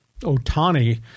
Otani